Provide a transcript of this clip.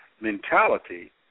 mentality